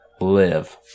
Live